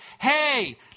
Hey